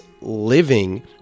living